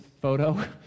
photo